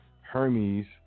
Hermes